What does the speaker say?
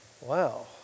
Wow